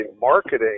marketing